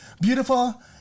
Beautiful